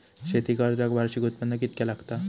शेती कर्जाक वार्षिक उत्पन्न कितक्या लागता?